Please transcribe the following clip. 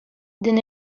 din